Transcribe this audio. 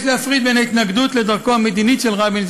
יש להפריד בין ההתנגדות לדרכו המדינית של רבין,